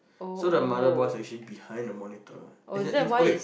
so the mother boss actually behind the monitor as in it's okay